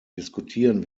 diskutieren